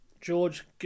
george